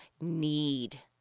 need